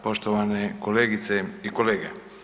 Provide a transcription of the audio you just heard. Poštovane kolegice i kolege.